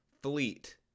fleet